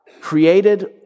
created